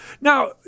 Now